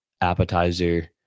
Appetizer